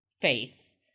faith